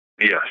Yes